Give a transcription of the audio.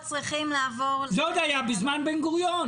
זה היה עוד בזמן בן גוריון.